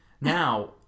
Now